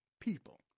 people